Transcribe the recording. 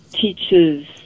teaches